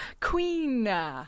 Queen